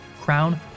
crown